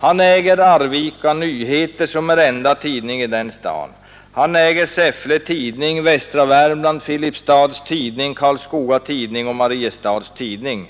Han äger Arvika Nyheter, som är enda tidningen i den staden, han äger Säffle-Tidningen Västra Värmland, Filipstads Tidning och Karlskoga Tidning, och han äger Mariestads-Tidningen.